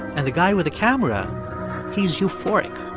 and the guy with the camera he's euphoric